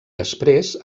després